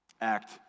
act